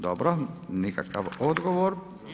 Dobro, nikakav odgovor.